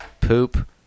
poop